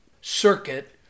circuit